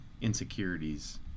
insecurities